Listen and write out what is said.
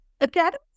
Academy